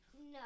No